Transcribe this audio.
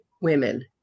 women